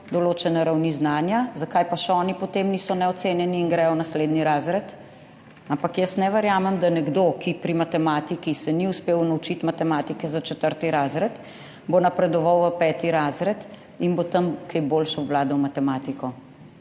določene ravni znanja, zakaj pa še oni potem niso neocenjeni in gredo v naslednji razred. Ampak jaz ne verjamem, da bo nekdo, ki se pri matematiki ni uspel naučiti matematike za četrti razred, napredoval v peti razred in bo tam kaj boljše obvladal matematiko.